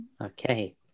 Okay